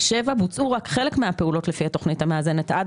(7)בוצעו רק חלק מהפעולות לפי התוכנית המאזנת עד